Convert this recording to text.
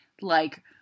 like-